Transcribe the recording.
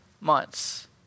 months